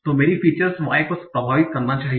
तो मेरी features y को प्रभावित करना चाहिए